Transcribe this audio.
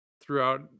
throughout